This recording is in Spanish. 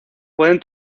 pueden